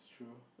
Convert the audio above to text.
true